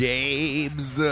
James